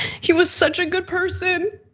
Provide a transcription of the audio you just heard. he was such a good person,